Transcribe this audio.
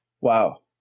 Wow